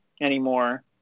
anymore